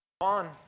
on